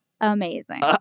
amazing